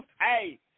Hey